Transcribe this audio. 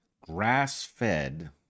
Grass-fed